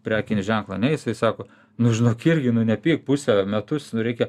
prekinį ženklą ane jisai sako nu žinok irgi nu nepyk pusę metus nu reikia